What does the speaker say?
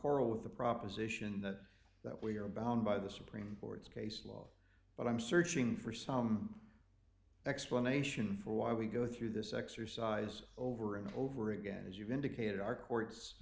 with the proposition that that we are bound by the supreme court's case law but i'm searching for some explanation for why we go through this exercise over and over again as you've indicated our courts